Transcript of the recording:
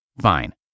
Fine